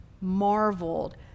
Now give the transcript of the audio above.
marveled